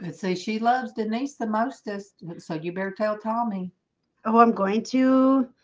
but say she loves denise the mostest so you better tell tommy oh i'm going to